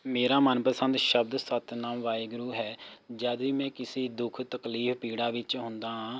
ਮੇਰਾ ਮਨਪਸੰਦ ਸ਼ਬਦ ਸਤਿਨਾਮ ਵਾਹਿਗੁਰੂ ਹੈ ਜਦ ਵੀ ਮੈਂ ਕਿਸੇ ਦੁੱਖ ਤਕਲੀਫ਼ ਪੀੜਾ ਵਿੱਚ ਹੁੰਦਾ ਹਾਂ